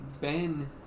Ben